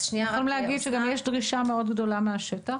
אנחנו יכולים להגיד שגם יש דרישה מאוד גדולה מהשטח.